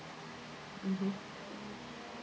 mmhmm